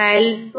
C